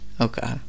Okay